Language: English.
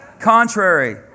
contrary